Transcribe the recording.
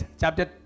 chapter